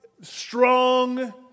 strong